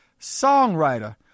songwriter